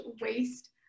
waste